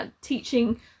teaching